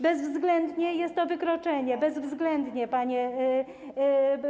Bezwzględnie jest to wykroczenie, bezwzględnie, panie pośle.